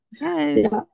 Yes